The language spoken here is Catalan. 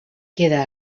queda